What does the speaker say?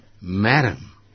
Madam